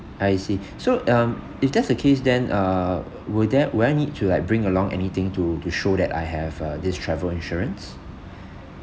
I see so um if that's the case then uh will there will I need to like bring along anything to to show that I have uh this travel insurance